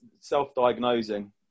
self-diagnosing